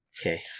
Okay